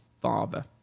father